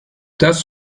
das